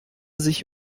sich